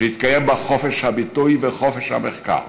שיתקיימו בה חופש הביטוי וחופש המחקר,